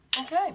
Okay